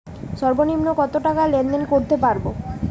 সর্বনিম্ন কত টাকা লেনদেন করতে পারবো?